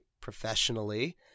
professionally